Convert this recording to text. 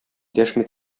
дәшми